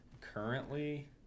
currently